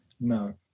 No